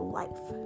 life